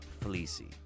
fleecy